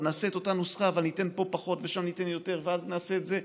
אז נעשה את אותה נוסחה אבל ניתן פה פחות ושם ניתן יותר ואז נעשה את זה.